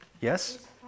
Yes